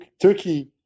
Turkey